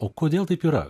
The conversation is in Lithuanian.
o kodėl taip yra